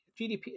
GDP